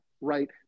right